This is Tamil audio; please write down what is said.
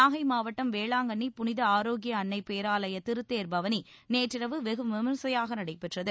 நாகை மாவட்டம் வேளாங்கண்ணி புனித ஆரோக்கிய அன்னை பேராலய திருத்தேர் பவனி நேற்றிரவு வெகு விமரிசையாக நடைபெற்றது